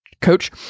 coach